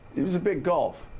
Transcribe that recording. it's a big gulf.